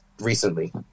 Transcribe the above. recently